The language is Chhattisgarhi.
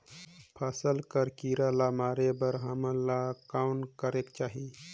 फसल कर कीरा ला मारे बर हमन ला कौन करेके चाही?